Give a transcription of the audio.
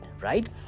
right